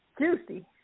juicy